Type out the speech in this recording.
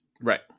Right